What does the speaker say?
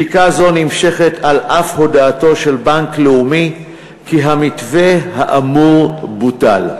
בדיקה זו נמשכת על אף הודעתו של בנק לאומי כי המתווה האמור בוטל.